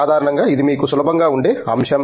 సాధారణంగా ఇది మీకు సులభంగా ఉండే అంశం